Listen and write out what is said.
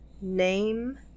name